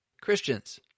Christians